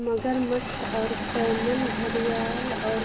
मगरमच्छ और कैमन घड़ियाल और